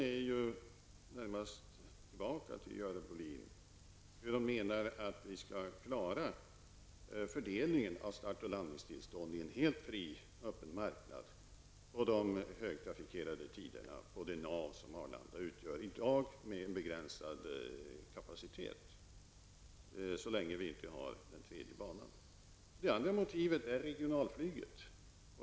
Närmast kan jag ju bolla frågan tillbaka till Görel Bohlin: Hur menar Görel Bohlin att vi skall klara fördelningen av start och landstingstillstånden i en helt fri och öppen marknad på de högtrafikerade tiderna på det nav som Arlanda utgör i dag med begränsad kapacitet, så länge vi inte har den tredje banan? Det andra motivet är regionalflyget.